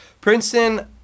Princeton